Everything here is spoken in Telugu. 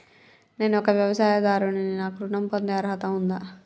నేను ఒక వ్యవసాయదారుడిని నాకు ఋణం పొందే అర్హత ఉందా?